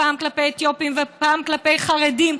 פעם כלפי אתיופים ופעם כלפי חרדים,